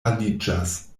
aliĝas